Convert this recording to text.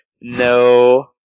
no